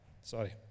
sorry